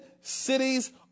cities